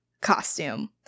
costume